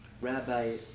Rabbi